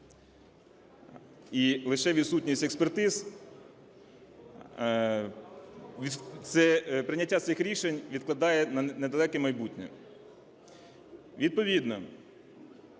І лише відсутність експертиз прийняття цих рішень відкладає на недалеке майбутнє. Відповідно